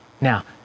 now